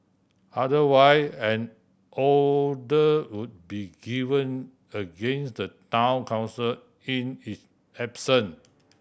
otherwise an order would be given against the Town Council in its absence